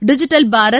digital Bharat